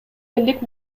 элдик